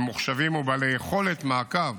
ממוחשבים ובעלי יכולת מעקב